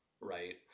right